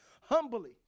humbly